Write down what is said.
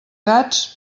gats